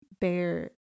bear